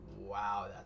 wow